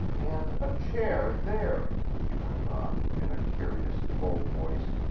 and a chair there, she went on, in a curious low voice,